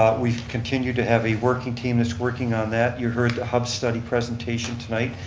we've continued to have a working team that's working on that. you heard the hub study presentation tonight.